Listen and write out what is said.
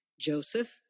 Joseph